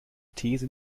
these